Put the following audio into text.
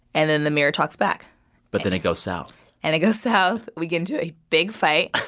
and then the mirror talks back but then it goes south and it goes south. we get into a big fight,